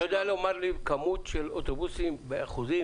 אתה יודע לומר לי כמות של אוטובוסים באחוזים,